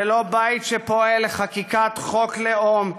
ולא בית שפועל לחקיקת חוק לאום,